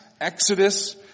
exodus